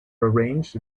arranged